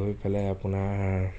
গৈ পেলাই আপোনাৰ